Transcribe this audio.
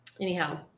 anyhow